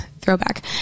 throwback